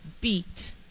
beat